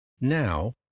Now